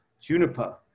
Juniper